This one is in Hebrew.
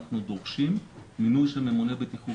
אנחנו דורשים מינוי של ממונה בטיחות,